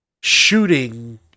Shooting